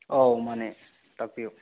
ꯑꯧ ꯃꯥꯟꯅꯦ ꯇꯥꯛꯄꯤꯌꯨ